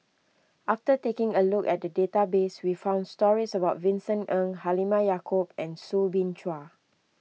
after taking a look at the database we found stories about Vincent Ng Halimah Yacob and Soo Bin Chua